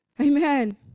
Amen